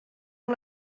amb